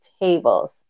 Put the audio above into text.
tables